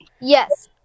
Yes